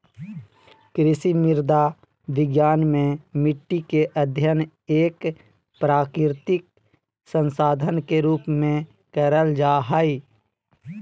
कृषि मृदा विज्ञान मे मट्टी के अध्ययन एक प्राकृतिक संसाधन के रुप में करल जा हई